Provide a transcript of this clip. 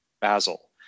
Basil